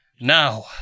now